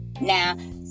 Now